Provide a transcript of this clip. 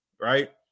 right